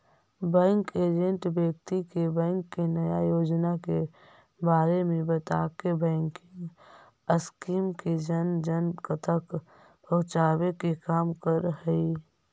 bank agent व्यक्ति के bank के नया योजना के बारे में बताके बैंकिंग स्कीम के जन जन तक पहुंचावे के काम करऽ हइ